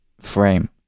frame